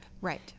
Right